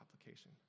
application